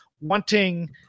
wanting